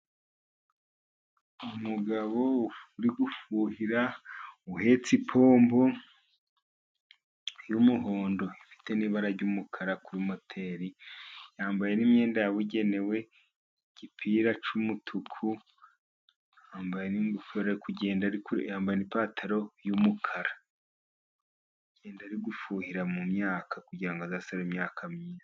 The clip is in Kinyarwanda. Umugabo uri gufuhira, uhetse ipombo y'umuhondo. Ifite n'ibara ry'umukara kuri moteri, yambaye n'imyenda yabugenewe, igipira cy'umutuku, yambaye n'ingofero, yambaye n'ipataro y'umukara, agenda ari gufuhira mu myaka kugirango azasarure imyaka myiza.